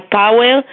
power